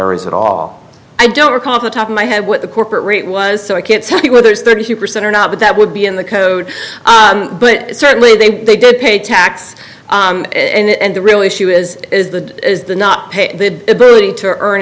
as at all i don't recall the top of my head what the corporate rate was so i can't tell you whether it's thirty percent or not but that would be in the code but certainly they they did pay tax and the real issue is is the not paid the ability to earn